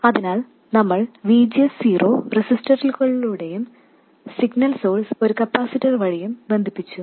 അതിനാൽ നമ്മൾ VGS0 റെസിസ്റ്ററുകളിലൂടെയും സിഗ്നൽ സോഴ്സ് ഒരു കപ്പാസിറ്റർ വഴിയും ബന്ധിപ്പിച്ചു